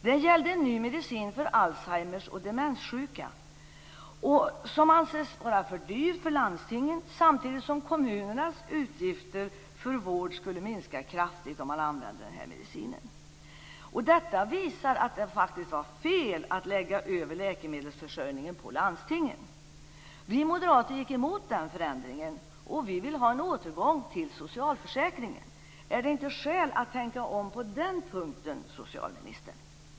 Det gällde en ny medicin för alzheimers och demenssjuka som anses vara för dyr för landstingen samtidigt som kommunernas utgifter för vård skulle minska kraftigt om man använde medicinen. Detta visar att det faktiskt var fel att lägga över läkemedelsförsörjningen på landstingen. Vi moderater var emot den förändringen, och vi vill ha en återgång till socialförsäkringen. Är det inte skäl att tänka om på den punkten, socialministern?